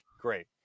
great